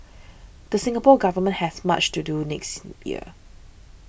the Singapore Government has much to do next year